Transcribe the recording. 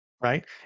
right